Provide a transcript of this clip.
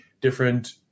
different